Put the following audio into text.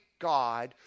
God